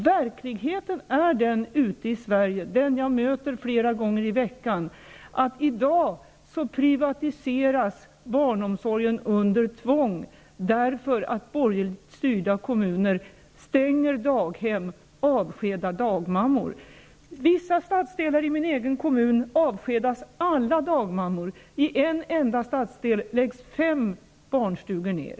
Verkligheten ute i Sverige, den jag möter flera gånger i veckan, är den att barnomsorgen i dag privatiseras under tvång, eftersom borgerligt styrda kommuner stänger daghem och avskedar dagmammor. I vissa stadsdelar i min egen kom mun avskedas alla dagmammor, och i en enda stadsdel läggs fem barnstugor ner.